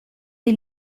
dei